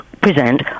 present